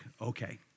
okay